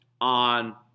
on